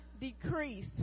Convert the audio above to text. decrease